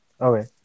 Okay